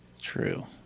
True